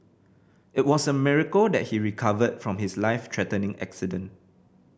it was a miracle that he recovered from his life threatening accident